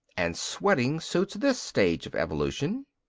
and sweating suits this stage of evolution.